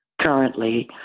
currently